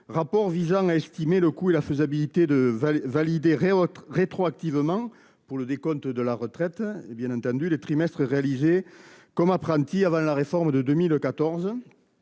rapport vise à estimer le coût et la faisabilité de valider rétroactivement, pour le décompte des droits à la retraite, les trimestres réalisés comme apprenti avant la réforme de 2014.